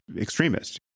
extremists